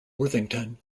worthington